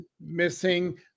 missing